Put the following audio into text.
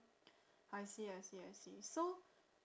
I see I see I see so